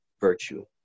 virtue